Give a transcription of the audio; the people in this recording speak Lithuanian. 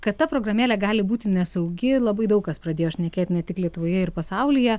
kad ta programėlė gali būti nesaugi labai daug kas pradėjo šnekėt ne tik lietuvoje ir pasaulyje